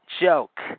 joke